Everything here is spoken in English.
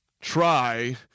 try